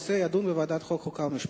הנושא הועבר לוועדת החוקה, חוק ומשפט.